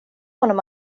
honom